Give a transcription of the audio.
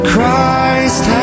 Christ